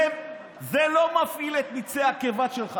זה לא מפעיל את מיצי הקיבה שלך,